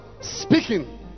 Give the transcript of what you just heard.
speaking